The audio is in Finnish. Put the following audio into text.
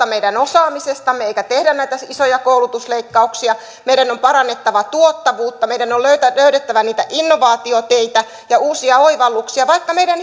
meidän osaamisestamme eikä tehdä näitä isoja koulutusleikkauksia meidän on parannettava tuottavuutta meidän on löydettävä niitä innovaatioteitä ja uusia oivalluksia vaikka meidän